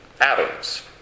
atoms